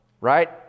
Right